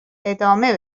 ادامه